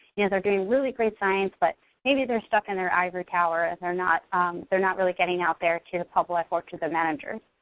yeah they're doing really great science but maybe they're stuck in their ivory tower. and they're not they're not really getting out there to the public or to the managers.